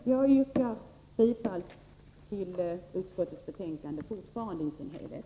Fru talman! Jag yrkar fortfarande bifall till utskottets hemställan i dess helhet.